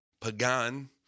Pagan